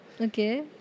Okay